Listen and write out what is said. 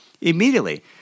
immediately